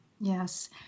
Yes